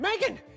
Megan